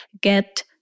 Get